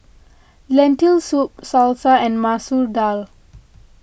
Lentil Soup Salsa and Masoor Dal